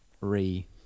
re-